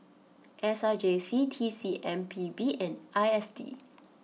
S R J C T C M P B and I S D